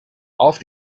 auf